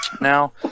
Now